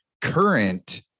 current